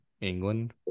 England